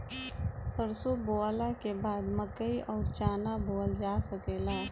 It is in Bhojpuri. सरसों बोअला के बाद मकई अउर चना बोअल जा सकेला